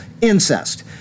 incest